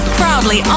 proudly